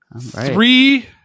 Three